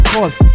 Cause